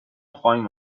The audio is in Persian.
خواهیم